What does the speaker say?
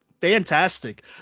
fantastic